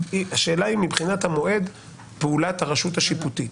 השאלה היא אם מבחינת המועד פעולת הרשות השיפוטית.